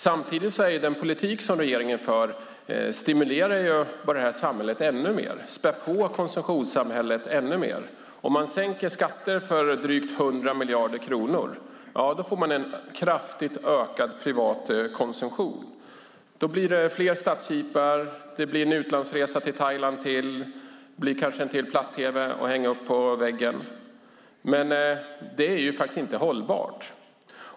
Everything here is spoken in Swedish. Samtidigt stimulerar den politik som regeringen för det samhället ännu mer, den späder på konsumtionssamhället ännu mer. Om man sänker skatter för drygt 100 miljarder kronor får man en kraftigt ökad privat konsumtion. Då blir det fler stadsjeepar. Det blir en till utlandsresa till Thailand. Det blir kanske en till platt-tv att hänga upp på väggen. Men det är faktiskt inte hållbart.